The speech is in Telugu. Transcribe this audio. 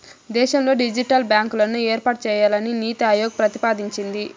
దేశంలో డిజిటల్ బ్యాంకులను ఏర్పాటు చేయాలని నీతి ఆయోగ్ ప్రతిపాదించింది